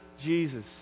Jesus